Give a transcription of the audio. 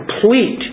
complete